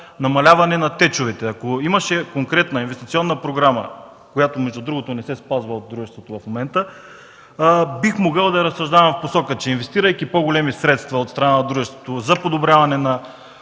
намаляване на течовете. Ако имаше конкретна инвестиционна програма, която между другото не се спазва от дружеството в момента, бих могъл да разсъждавам в посока, че инвестирайки по-големи средства от страна на дружеството за подобряване на